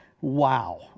Wow